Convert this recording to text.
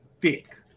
thick